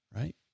right